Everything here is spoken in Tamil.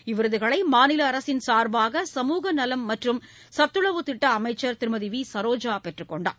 இவ்விருதுகளை மாநில அரசின் சாா்பாக சமூக நலம் மற்றும் சத்துணவுத் திட்ட அமைச்சர் திருமதி வி சரோஜா பெற்றுக்கொண்டார்